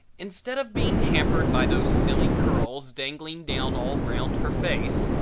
instead of being hampered by those silly curls dangling down all round her face,